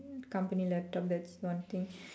company laptop that's one thing